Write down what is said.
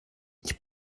ich